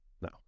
No